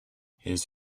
his